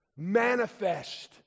manifest